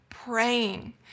praying